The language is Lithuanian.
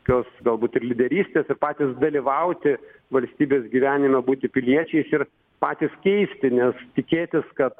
kios galbūt ir lyderystės ir patys dalyvauti valstybės gyvenime būti piliečiais ir patys keisti nes tikėtis kad